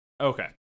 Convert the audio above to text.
Okay